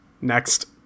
Next